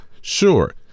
Sure